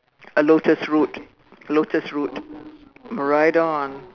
a lotus root a lotus root right on